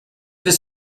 his